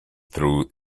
through